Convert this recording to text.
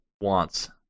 wants